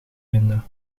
vinden